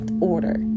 order